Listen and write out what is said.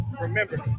Remember